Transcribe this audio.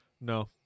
No